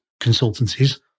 consultancies